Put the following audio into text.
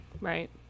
Right